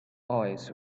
eyes